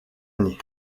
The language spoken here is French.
année